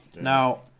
Now